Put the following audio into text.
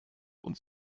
und